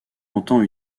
longtemps